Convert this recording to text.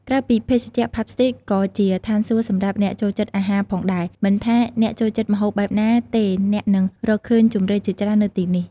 ក្រៅពីភេសជ្ជៈ ផាប់ ស្ទ្រីត ក៏ជាឋានសួគ៌សម្រាប់អ្នកចូលចិត្តអាហារផងដែរ មិនថាអ្នកចូលចិត្តម្ហូបបែបណាទេ អ្នកនឹងរកឃើញជម្រើសជាច្រើននៅទីនេះ។